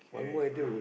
okay